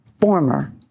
former